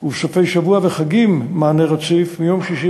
ובסופי שבוע וחגים מענה רציף מיום שישי